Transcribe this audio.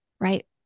right